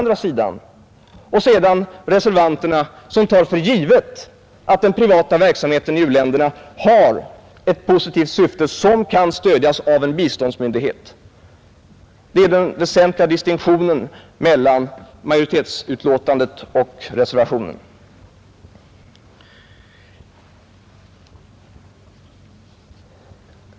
Reservanterna tar för givet att den privata verksamheten i u-länderna har ett positivt syfte, som kan stödjas av en biståndsmyndighet. Detta är den väsentliga distinktionen mellan majoritetens och reservanternas förslag.